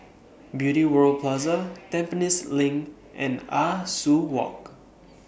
Beauty World Plaza Tampines LINK and Ah Soo Walk